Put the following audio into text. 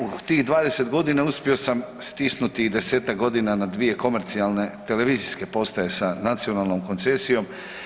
U tih 20 godina uspio sam stisnuti i 10-tak godina na 2 komercijalne televizijske postaje sa nacionalnom koncesijom.